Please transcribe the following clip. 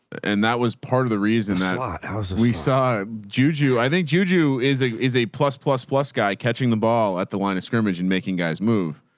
and that was part of the reason that ah we saw juju. i think juju is a, is a plus plus plus guy catching the ball at the line of scrimmage and making guys move,